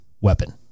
weapon